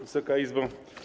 Wysoka Izbo!